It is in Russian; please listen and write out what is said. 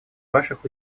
ваших